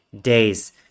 days